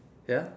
ya